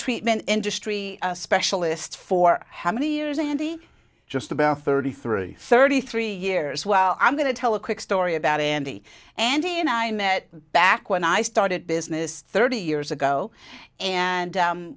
treatment industry specialist for how many years andy just about thirty three thirty three years well i'm going to tell a quick story about andy andy and i met back when i started business thirty years ago and